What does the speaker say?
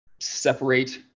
separate